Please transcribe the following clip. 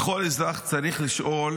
כל אזרח צריך לשאול